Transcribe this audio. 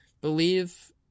believe